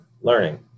learning